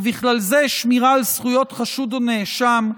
ובכלל זה שמירה על זכויות חשוד או נאשם,